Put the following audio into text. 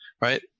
right